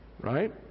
right